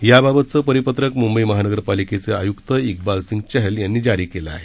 याबाबतचं परिपत्रक मुंबई महानगरपालिकेचे आयुक्त इकबाल सिंग चहल यांनी जारी केलं आहे